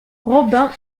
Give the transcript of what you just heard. robin